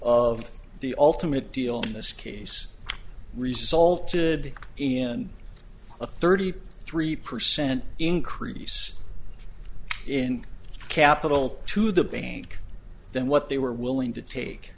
of the ultimate deal in this case resulted in a thirty three percent increase in capital to the bank than what they were willing to take